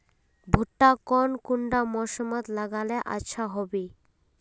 भुट्टा कौन कुंडा मोसमोत लगले अच्छा होबे?